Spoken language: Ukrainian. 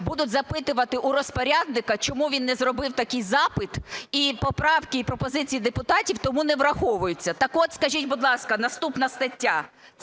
будуть запитувати у розпорядника, чому він не зробив такий запит. І поправки, і пропозиції депутатів тому не враховуються. Так от, скажіть, будь ласка, наступна стаття.